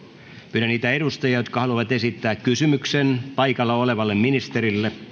pyydän niitä edustajia jotka haluavat esittää kysymyksen paikalla olevalle ministerille